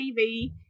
tv